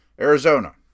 Arizona